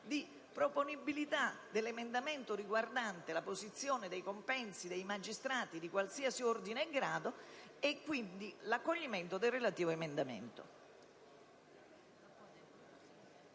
di proponibilità dell'emendamento riguardante la posizione dei compensi dei magistrati di qualsiasi ordine e grado e quindi per l'accoglimento del relativo dell'emendamento.